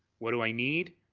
what do i need?